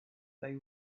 they